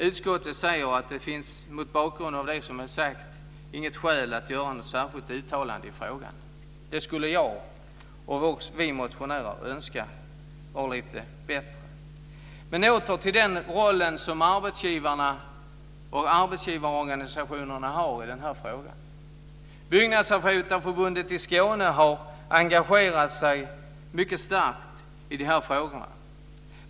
Utskottet säger att det mot bakgrund av det som är sagt inte finns skäl att göra något särskilt uttalande i frågan. Vi motionärer skulle ha önskat något som var bättre. Jag återgår till frågan om den roll som arbetsgivarna och arbetsgivarorganisationerna har i den här frågan. Byggnadsarbetareförbundet i Skåne har engagerat sig mycket starkt i de här frågorna.